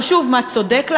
חשוב מה צודק לעשות.